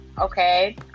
Okay